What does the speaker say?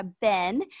Ben